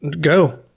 go